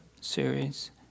series